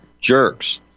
jerks